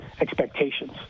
expectations